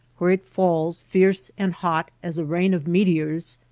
where it falls fierce and hot as a rain of meteors,